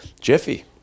Jiffy